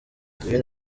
divine